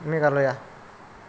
Meghalaya